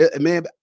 Man